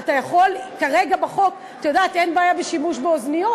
כרגע בחוק, את יודעת, אין בעיה בשימוש באוזניות.